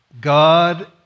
God